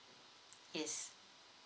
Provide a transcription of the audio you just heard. yes